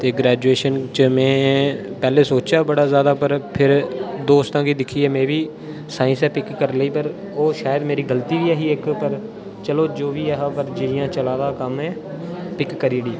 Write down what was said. ते ग्रेजुएशन च में पैह्ले सोचेआ बड़ा ज़्यादा पर फिर दोस्तां गी दिक्खियै में बी साइंस ऐ पिक करी लेई पर ओह् शायद मेरी गलती गै ही इक पर चलो जो बी एह् हा जियां चलै दा कम्म एह् पिक करी ओड़ी